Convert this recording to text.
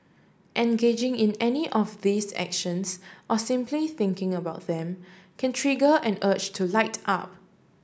Engaging in any of these actions or simply thinking about them can trigger an urge to light up